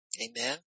Amen